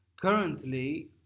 Currently